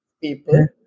people